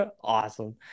awesome